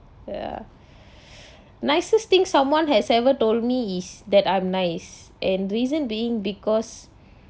ya nicest thing someone has ever told me is that I'm nice and reason being because